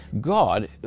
God